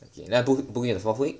then I book book you in the fourth week